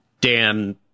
Dan